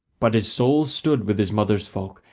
but his soul stood with his mother's folk,